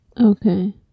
Okay